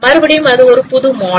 மறுபடியும் அது ஒரு புது மாடல்